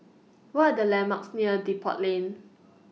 What Are The landmarks near Depot Lane